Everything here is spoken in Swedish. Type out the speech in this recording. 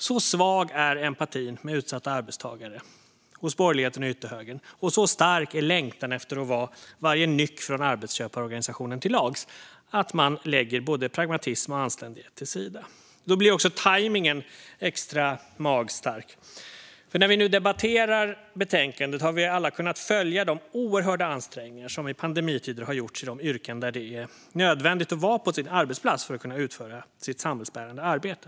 Så svag är empatin med utsatta arbetstagare hos borgerligheten och ytterhögern, och längtan efter att vara varje nyck från arbetsköparorganisationen till lags är så stark att man lägger både pragmatism och anständighet åt sidan. Då blir också tajmningen extra magstark. När vi nu har arbetat med betänkandet har vi alla kunnat följa de oerhörda ansträngningar som i pandemitider har gjorts när det gäller de yrken där det är nödvändigt att man är på sin arbetsplats för att kunna utföra sitt samhällsbärande arbete.